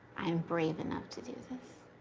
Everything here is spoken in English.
i am brave enough to do this.